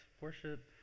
worship